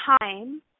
time